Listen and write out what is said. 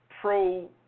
pro